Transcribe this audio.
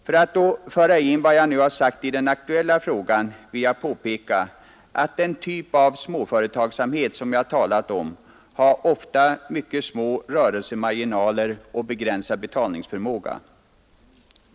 För att då föra in vad jag nu har sagt i den aktuella frågan vill jag påpeka, att den typ av småföretagsamhet som jag talat om ofta har mycket små rörelsemarginaler och begränsad betalningsförmåga.